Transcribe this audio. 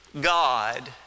God